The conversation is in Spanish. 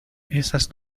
esas